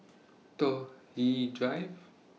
Toh Yi Drive